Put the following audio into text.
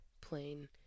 plain